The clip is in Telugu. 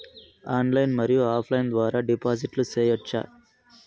ఆన్లైన్ మరియు ఆఫ్ లైను ద్వారా డిపాజిట్లు సేయొచ్చా?